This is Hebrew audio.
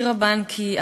שירה בנקי,